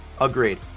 Agreed